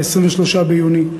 23 ביוני,